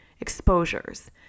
exposures